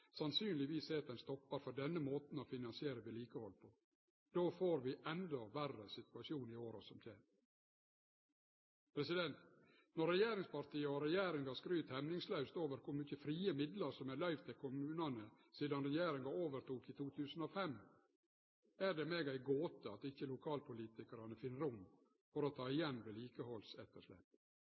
sannsynlegvis set ein stoppar for denne måten å finansiere vedlikehald på. Då får vi ein endå verre situasjon i åra som kjem. Når regjeringspartia og regjeringa skryter hemningslaust av kor mykje frie midlar som er løyvde til kommunane sidan regjeringa tok over i 2005, er det meg ei gåte at ikkje lokalpolitikarane finn rom for å ta igjen